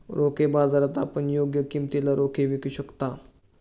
रोखे बाजारात आपण योग्य किमतीला रोखे विकू शकता